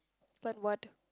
but what